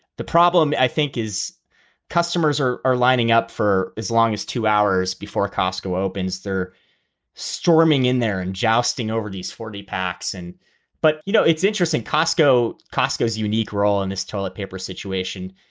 the problem, i think is customers are are lining up for as long as two hours before costco opens. they're storming in there and jousting over these forty packs. and but, you know, it's interesting, costco. costco is unique role in this toilet paper situation.